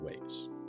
ways